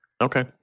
Okay